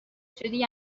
شدی